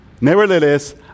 Nevertheless